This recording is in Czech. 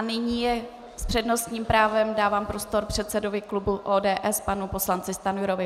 Nyní s přednostním právem dávám prostor předsedovi klubu ODS panu poslanci Stanjurovi.